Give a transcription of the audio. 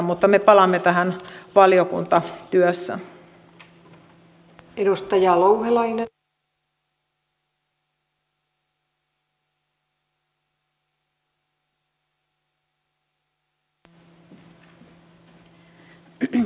mutta me palaamme tähän valiokuntatyössä